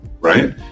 right